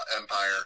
Empire